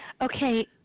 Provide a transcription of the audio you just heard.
Okay